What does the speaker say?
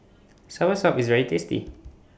Soursop IS very tasty